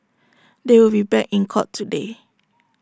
they will be back in court today